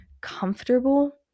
comfortable